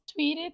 tweeted